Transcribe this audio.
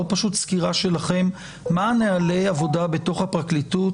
או פשוט סקירה של נהלי העבודה בתוך הפרקליטות,